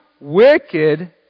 wicked